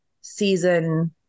season